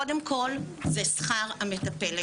קודם כל זה שכר המטפלת,